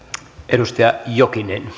arvoisa herra